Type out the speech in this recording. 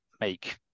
make